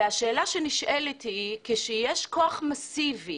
השאלה שנשאלת היא: כשיש כוח מסיבי